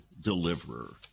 deliverer